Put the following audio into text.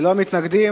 לדיון מוקדם